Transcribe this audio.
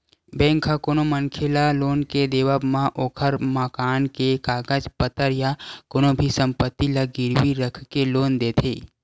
bank ह कोनो मनखे ल लोन के देवब म ओखर मकान के कागज पतर या कोनो भी संपत्ति ल गिरवी रखके लोन देथे